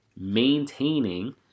maintaining